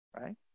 right